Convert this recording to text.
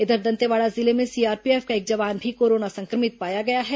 इधर दंतेवाड़ा जिले में सीआरपीएफ का एक जवान भी कोरोना संक्रमित पाया गया है